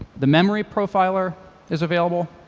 the memory profiler is available,